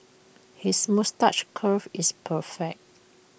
his moustache curl is perfect